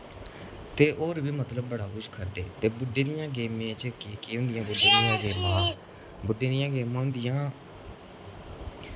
ते होर बी मतलब बड़ा कुछ करदे ते बुड्ढें दियें गेमें च केह् केह् होंदियां बुड्ढें दियां गेमां होंदियां